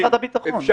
רגע, נחמן.